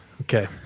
Okay